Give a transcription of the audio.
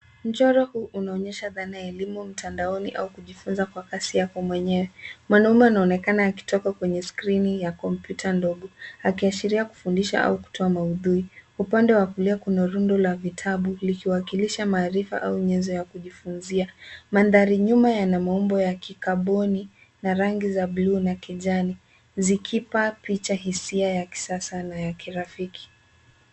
Mchoro huu unaonyesha dhana ya elimu mitandaoni au kujifunza kwa kasi yako mwenyewe. Mwanaume anaonekana akitoka kwenye skirini ya kompyuta ndogo akiashiria kufundisha au kutoa maudhui. Upande wa kulia kuna rundo la vitabu likiwakilisha maarifa au nyunzo ya kujifunza. Mandhari nyuma yana maumbo ya kikaboni na rangi za buluu na kijani zikipa picha hisia ya kisasa na ya kirafiki.